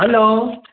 hello